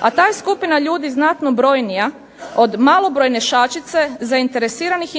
A ta je skupina ljudi znatno brojnija od malobrojne šačice zainteresiranih